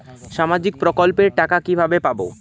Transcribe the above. সামাজিক প্রকল্পের টাকা কিভাবে পাব?